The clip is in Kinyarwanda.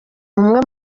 umwe